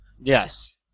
Yes